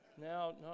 Now